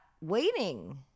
waiting